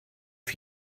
für